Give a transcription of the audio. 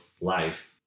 life